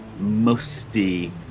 musty